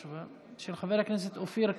של חבר הכנסת אופיר כץ,